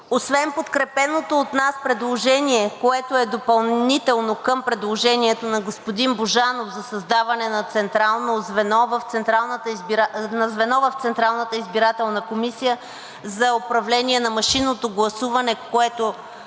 освен подкрепеното от нас предложение, което е допълнително към предложението на господин Божанов, за създаване на звено в Централната избирателна комисия за управление на машинното гласуване,